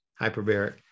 hyperbaric